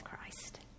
Christ